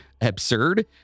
absurd